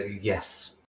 Yes